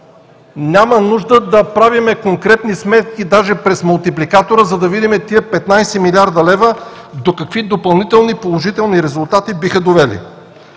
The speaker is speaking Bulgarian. Няма нужда да правим конкретни сметки, даже през мултипликатора, за да видим тези 15 млрд. лв. до какви допълнителни положителни резултати биха довели.